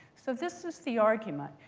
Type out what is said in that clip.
so this is the argument.